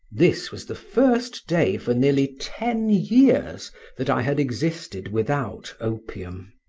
this was the first day for nearly ten years that i had existed without opium.